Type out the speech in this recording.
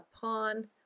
pawn